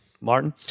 Martin